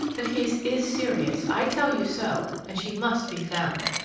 the case is serious i tell you so, and she must be found.